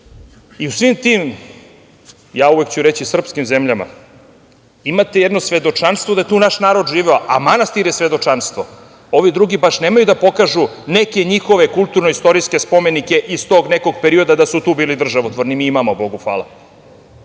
i u svim tim, uvek ću reći, srpskim zemljama, imate jedno svedočanstvo da je tu naš narod živeo, a manastir je svedočanstvo. Ovi drugi nemaju baš da pokažu neke njihove kulturno istorijske spomenike iz tog nekog perioda da su tu bili državotvorni. Mi imamo, Bogu hvala.